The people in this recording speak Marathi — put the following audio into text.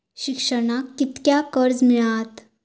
शिक्षणाक कीतक्या कर्ज मिलात?